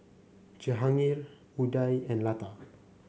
Jehangirr Udai and Lata